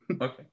Okay